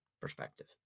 perspective